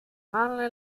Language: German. alle